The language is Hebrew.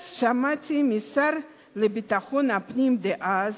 אז שמעתי מהשר לביטחון הפנים דאז,